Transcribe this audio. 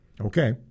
Okay